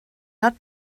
not